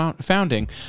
founding